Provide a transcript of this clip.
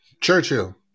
Churchill